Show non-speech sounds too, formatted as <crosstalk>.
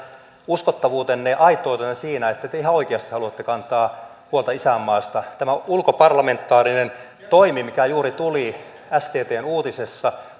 uskottavuutenne ja aitoutenne siinä että te ihan oikeasti haluatte kantaa huolta isänmaasta tämä on ulkoparlamentaarinen toimi mikä juuri tuli sttn uutisessa <unintelligible>